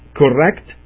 correct